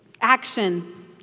action